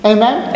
Amen